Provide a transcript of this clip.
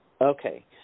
Okay